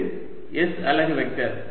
இது s அலகு vector